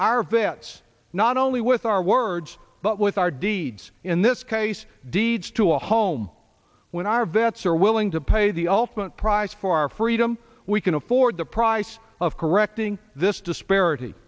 vets not only with our words but with our deeds in this case deeds to a home when our vets are willing to pay the ultimate price for our freedom we can afford the price of correcting this disparity